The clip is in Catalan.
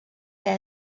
que